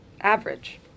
Average